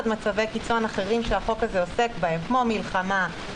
מצבי קיצון אחרים שהחוק הזה עוסק בהם כמו מלחמה,